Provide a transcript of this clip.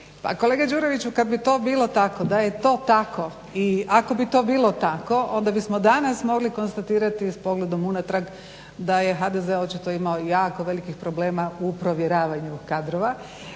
kolega Đuroviću, kad bi to bilo tako, da je to tako i ako bi to bilo tako onda bismo danas mogli konstatirati s pogledom unatrag da je HDZ očito imao jako velikih problema u provjeravanju kadrova.